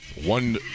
one